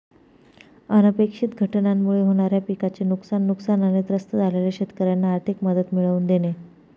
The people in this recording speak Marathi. अनपेक्षित घटनांमुळे होणाऱ्या पिकाचे नुकसान, नुकसानाने त्रस्त झालेल्या शेतकऱ्यांना आर्थिक मदत मिळवून देणे